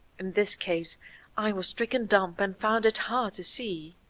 in this case i was stricken dumb and found it hard to see.